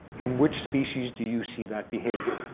in which species do you see that behavior?